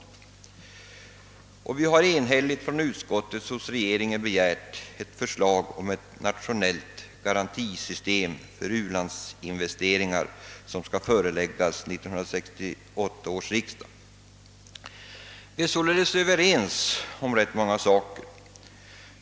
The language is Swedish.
Utskottet har vidare enhälligt beslutat hemställa att riksdagen hos regeringen begär att ett förslag om ett nationellt garantisystem för u-landsinvesteringar skall föreläggas 1968 års riksdag. Vi är således överens om rätt många saker.